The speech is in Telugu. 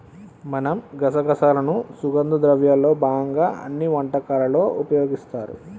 మనం గసగసాలను సుగంధ ద్రవ్యాల్లో భాగంగా అన్ని వంటకాలలో ఉపయోగిస్తారు